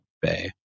bay